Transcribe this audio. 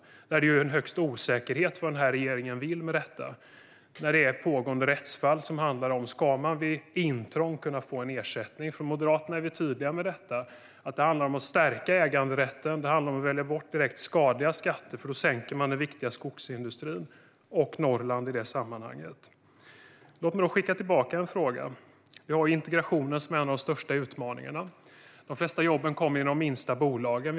Det är högst osäkert vad regeringen vill med detta. Pågående rättsfall handlar om huruvida man vid intrång kan få ersättning. Vi moderater är tydliga med att det handlar om att stärka äganderätten och vidare att välja bort direkt skadliga skatter eftersom de sänker den viktiga skogsindustrin - Norrland i det sammanhanget. Låt mig då skicka tillbaka en fråga. Integrationen är en av de största utmaningarna. De flesta jobben kommer i de minsta bolagen.